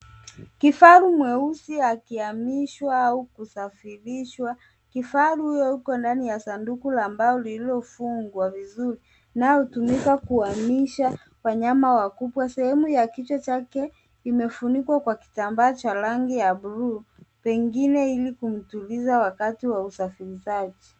Kifaru mweusi akihamishwa au kusafirishwa, kifaru huyo yuko ndani ya sanduku la mbao lililofungwa vizuri, unaotumika kuwahamisha wanyama wakubwa. Sehemu ya kichwa chake imefunikwa kwa kitambaa cha rangi ya buluu, pengine ili kumtuliza wakati wa usafirishaji.